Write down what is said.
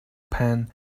pan